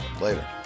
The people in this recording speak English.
Later